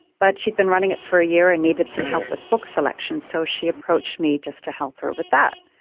but she had been running it for a year and needed some help with book selections so she approached me just to help her with that.